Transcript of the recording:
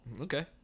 Okay